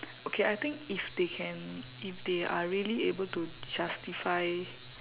okay I think if they can if they are really able to justify